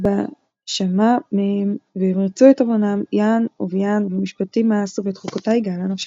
בהשמה מהם והם ירצו את עונם יען וביען במשפטי מאסו ואת חקתי געלה נפשם”.